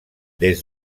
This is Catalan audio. des